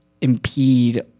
impede